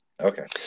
Okay